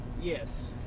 Yes